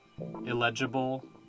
Illegible